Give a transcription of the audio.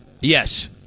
Yes